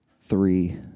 three